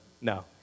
no